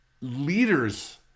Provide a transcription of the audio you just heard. leaders